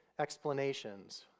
explanations